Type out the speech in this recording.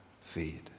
feed